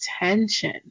attention